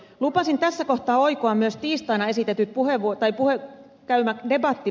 lupasin tässä kohtaa oikoa myös tiistaina käymääni debattia ed